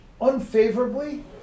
unfavorably